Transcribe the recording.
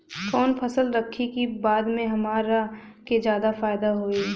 कवन फसल रखी कि बाद में हमरा के ज्यादा फायदा होयी?